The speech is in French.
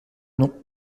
nom